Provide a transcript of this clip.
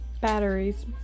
Batteries